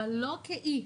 אבל לא כאי.